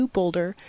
Boulder